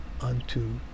unto